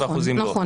נכון.